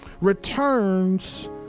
returns